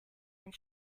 and